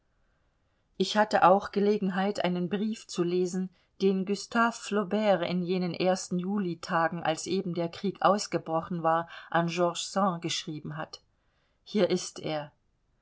ich hatte auch gelegenheit einen brief zu lesen den gustave flaubert in jenen ersten julitagen als eben der krieg ausgebrochen war an george sand geschrieben hat hier ist er